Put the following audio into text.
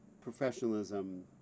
professionalism